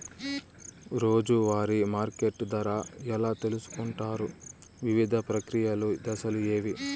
రోజూ వారి మార్కెట్ ధర ఎలా తెలుసుకొంటారు వివిధ ప్రక్రియలు దశలు ఏవి?